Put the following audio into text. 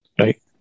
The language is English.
Right